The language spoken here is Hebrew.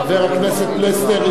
חבר הכנסת פלסנר,